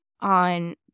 on